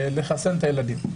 לחסן את הילדים.